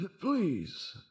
Please